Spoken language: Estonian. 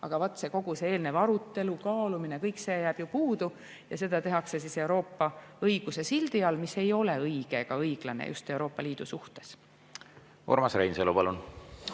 Aga vaat kogu see eelnev arutelu, kaalumine ja kõik see jääb ju puudu, siis tehakse seda Euroopa õiguse sildi all. See ei ole õige ega õiglane, just Euroopa Liidu suhtes.